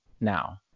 now